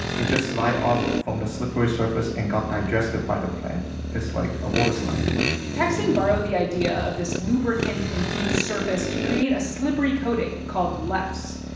they just slide off from the slippery surface and get digested by the plant. it's like a waterslide tak-sing borrowed the idea of this lubricant-infused surface to create a slippery coating called less.